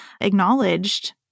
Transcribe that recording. acknowledged